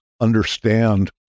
understand